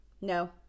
no